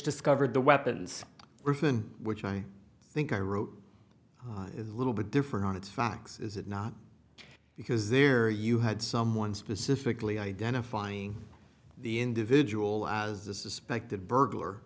discovered the weapons written which i think i wrote a little bit different on its facts is it not because there are you had someone specifically identifying the individual as the suspected burglar